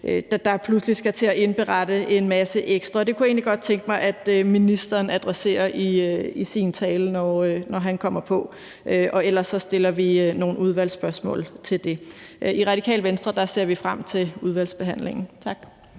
der pludselig skal til at indberette en masse ekstra. Det kunne jeg egentlig godt tænke mig at ministeren adresserer i sin tale, når han kommer på, og ellers stiller vi nogle udvalgsspørgsmål til det. I Radikale Venstre ser vi frem til udvalgsbehandlingen. Tak.